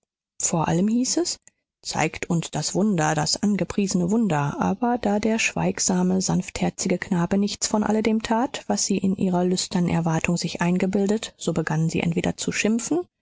vor allem hieß es zeigt uns das wunder das angepriesene wunder aber da der schweigsame sanftherzige knabe nichts von alledem tat was sie in ihrer lüsternen erwartung sich eingebildet so begannen sie entweder zu schimpfen